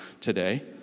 today